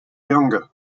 younger